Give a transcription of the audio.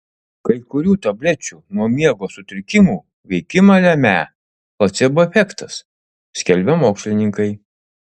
kai kurių tablečių nuo miego sutrikimų veikimą lemią placebo efektas skelbia mokslininkai